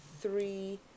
three